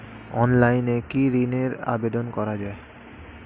অনলাইনে কি ঋণের আবেদন করা যায়?